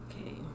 Okay